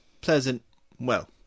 pleasant—well